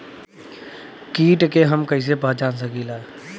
कीट के हम कईसे पहचान सकीला